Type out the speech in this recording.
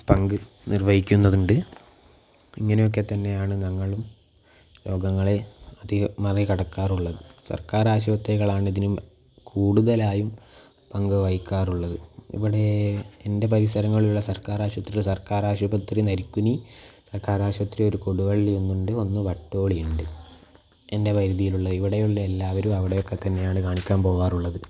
പങ്കു നിർവഹിക്കുന്നുണ്ട് അപ്പോൾ ഇങ്ങനെയൊക്കെ തന്നെയാണ് ഞങ്ങളും രോഗങ്ങളെ അധികം മറികടക്കാറുള്ളത് സർക്കാർ ആശുപത്രികളാണ് ഇതിന് കൂടുതലായും പങ്കുവഹിക്കാറുള്ളത് ഇവിടേ എൻ്റെ പരിസരങ്ങളിൽ ഉള്ള സർക്കാർ ആശുപത്രികൾ സർക്കാർ ആശുപത്രി നരിക്കുനി സർക്കാർ ആശുപത്രി ഒരു കൊടുവള്ളി ഒന്ന് ഉണ്ട് ഒന്ന് വട്ടോളിയുണ്ട് എൻ്റെ പരിധിയിലുള്ള ഇവിടെ ഉള്ള എല്ലാവരും അവിടെ ഒക്കെ തന്നെയാണ് കാണിക്കാൻ പോകാറുള്ളത്